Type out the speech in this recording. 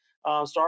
Start